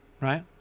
Right